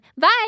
Bye